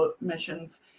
missions